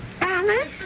Alice